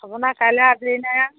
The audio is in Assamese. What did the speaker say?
আপোনাৰ কাইলৈ আজৰি নাই আ